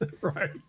Right